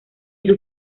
sus